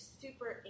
super